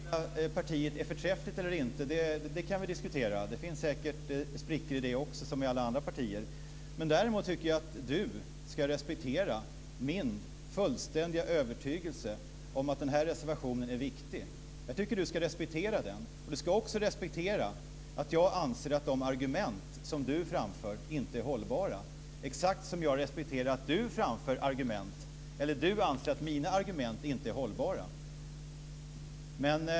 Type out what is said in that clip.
Fru talman! Vi kan diskutera huruvida det här lilla partiet är förträffligt eller inte. Det finns säkert sprickor i det också som i alla andra partier. Jag tycker att Kenneth Kvist ska respektera min fullständiga övertygelse om att den här reservationen är riktig. Jag tycker att Kenneth Kvist ska respektera den. Han ska också respektera att jag anser att de argument som han framför inte är hållbara exakt som jag respekterar att han framför argument eller anser att mina argument inte är hållbara.